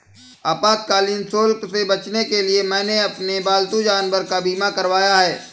आपातकालीन शुल्क से बचने के लिए मैंने अपने पालतू जानवर का बीमा करवाया है